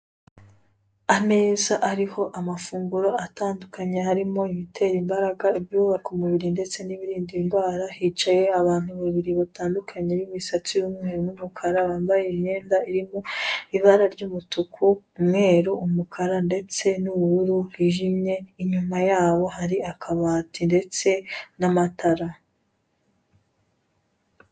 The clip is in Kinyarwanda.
Ameza ariho amafunguro atandukanye, harimo ibitera imbaraga, ibyubaka umubiri ndetse n'ibirinda indwara, hicaye abantu babiri batandukanye b'imisatsi y'umweru n'umukara, bambaye imyenda irimo ibara ry'umutuku, umweru, umukara ndetse n'ubururu bwijimye, inyuma yabo hari akabati ndetse n'amatara.